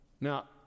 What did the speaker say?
now